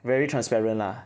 very transparent lah